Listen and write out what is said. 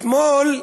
אתמול,